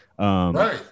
Right